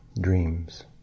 dreams